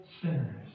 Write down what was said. sinners